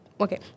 okay